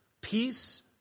Peace